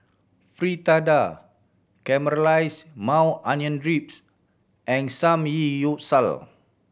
Fritada Caramelized Maui Onion Drips and Samgeyopsal